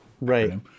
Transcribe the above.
right